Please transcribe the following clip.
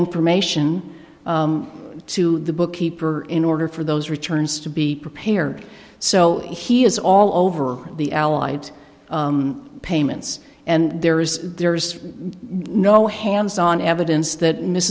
information to the bookkeeper in order for those returns to be prepared so he is all over the allied payments and there is there is no hands on evidence that